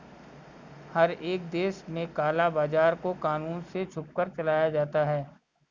हर एक देश में काला बाजार को कानून से छुपकर चलाया जाता है